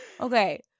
Okay